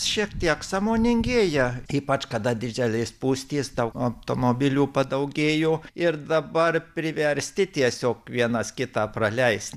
šiek tiek sąmoningingėja ypač kada didelės spūstys daug automobilių padaugėjo ir dabar priversti tiesiog vienas kitą praleisti